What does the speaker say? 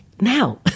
now